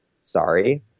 Sorry